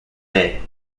bay